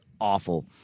awful